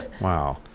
Wow